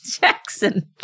Jackson